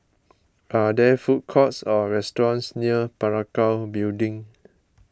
are there food courts or restaurants near Parakou Building